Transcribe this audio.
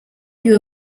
più